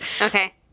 Okay